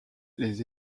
les